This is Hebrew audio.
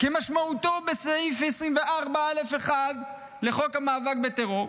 כמשמעותו בסעיף 24א(1) לחוק המאבק בטרור,